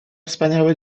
wspaniałe